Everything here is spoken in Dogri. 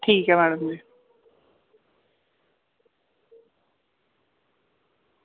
ठीक ऐ मैडम जी